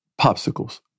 popsicles